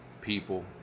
People